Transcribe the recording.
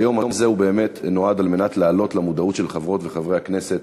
היום הזה נועד להעלות למודעות של חברות וחברי הכנסת